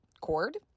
Cord